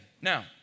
Now